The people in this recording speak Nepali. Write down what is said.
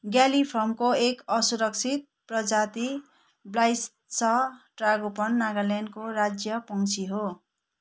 ग्यालिफर्मको एक असुरक्षित प्रजाति ब्लाइत्स ट्रागोपन नागाल्यान्डको राज्य पक्षी हो